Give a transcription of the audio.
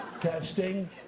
testing